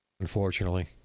Unfortunately